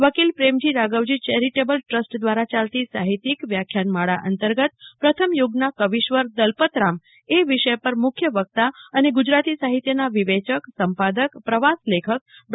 વકીલ Premji Raghavji charitable trust દ્વારા ચાલતી સાહિત્યિક વ્યાખ્યાનમાળા અંતર્ગત હ્વપ્રથમ યુગના કવીશ્વર દલપતરામ વિષય ઉપર મુખ્ય વકતા અને ગુજરાતી સાહિત્યના વિવેચક સંપાદક પ્રવાસ લેખક ડો